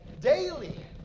Daily